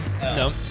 No